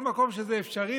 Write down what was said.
בכל מקום שזה אפשרי,